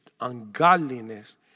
ungodliness